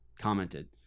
commented